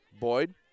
Boyd